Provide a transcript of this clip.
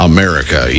America